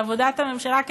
על עבודת הממשלה,